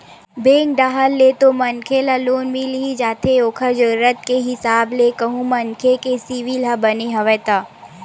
bank डाहर ले तो मनखे ल लोन मिल ही जाथे ओखर जरुरत के हिसाब ले कहूं मनखे के सिविल ह बने हवय ता